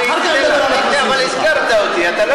אחר כך נדבר על הכבשים שלך.